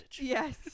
Yes